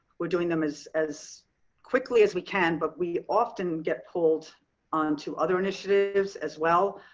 we're doing them as as quickly as we can. but we often get pulled onto other initiatives as well.